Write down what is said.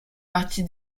partie